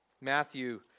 Matthew